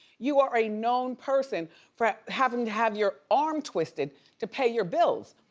you are a known person for having to have your arm twisted to pay your bills.